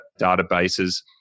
databases